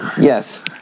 Yes